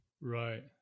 right